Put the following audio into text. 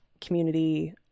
community